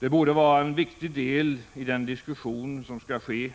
Det borde vara en viktig del i den diskussion som skall ske